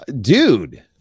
dude